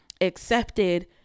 accepted